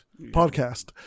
podcast